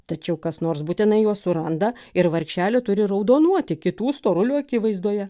tačiau kas nors būtinai juos suranda ir vargšelė turi raudonuoti kitų storulių akivaizdoje